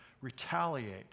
retaliate